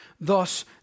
Thus